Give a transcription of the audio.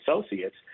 associates